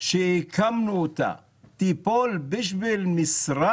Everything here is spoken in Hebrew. שהקמנו אותה תיפול בשביל משרה?